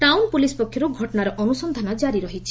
town police ପକ୍ଷରୁ ଘଟଣାର ଅନୁସନ୍ଧାନ ଜାରି ରହିଛି